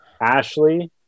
Ashley